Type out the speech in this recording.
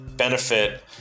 benefit